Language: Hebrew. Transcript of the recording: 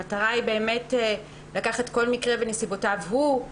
המטרה היא באמת לקחת כל מקרה ונסיבותיו הוא.